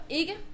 ikke